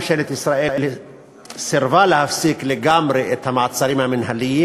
ממשלת ישראל סירבה להפסיק לגמרי את המעצרים המינהליים,